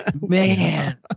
man